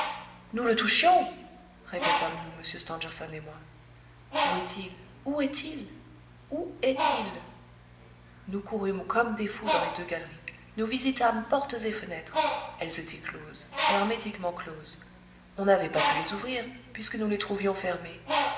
nous le touchions répétâmes nous m stangerson et moi où est-il où est-il où est-il nous courûmes comme des fous dans les deux galeries nous visitâmes portes et fenêtres elles étaient hermétiquement closes on n'avait pas pu les ouvrir puisque nous les trouvions fermées